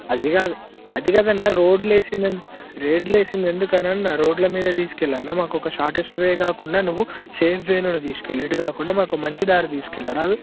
అది కాదు అది కాదన్నా రోడ్లు ఏసింది ఎందు రోడ్లు వేసింది ఎందుకన్నా రోడ్ల మీద తీసుకెళ్ళన్న మాకు షార్టెస్ట్ వే కాకుండా నువ్వు సేఫ్ వేలో తీసుకెళ్ళు ఇటుకాకుండా మాకు మంచి దారి తీసుకెళ్ళరాదు